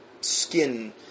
skin